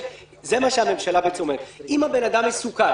שזה מה שהממשלה בעצם אומרת: אם הבן אדם מסוכן